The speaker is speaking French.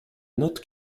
note